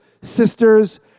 sisters